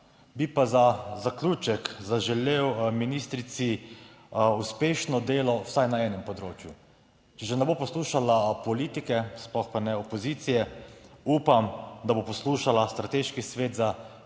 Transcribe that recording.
Bi pa za zaključek zaželel ministrici uspešno delo vsaj na enem področju, če že ne bo poslušala politike, sploh pa ne opozicije. Upam, da bo poslušala Strateški svet za